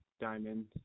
diamond